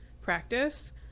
practice